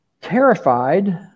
terrified